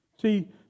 See